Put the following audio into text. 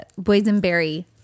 Boysenberry